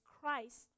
Christ